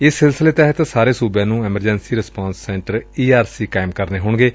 ਇਸ ਸਿਲਸਿਲੇ ਤਹਿਤ ਸਾਰੇ ਸੁਬਿਆਂ ਨੂੰ emergency response centre E R C ਕਾਇਮ ਕਰਨੇ ਹੋਣਗੇ